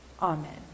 Amen